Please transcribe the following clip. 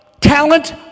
talent